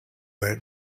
where